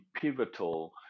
pivotal